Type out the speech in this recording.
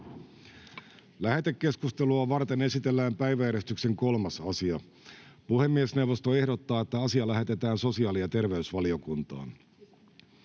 Lähetekeskustelua varten esitellään päiväjärjestyksen 3. asia. Puhemiesneuvosto ehdottaa, että asia lähetetään sosiaali- ja terveysvaliokuntaan.